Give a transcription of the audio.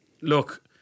look